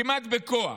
כמעט בכוח.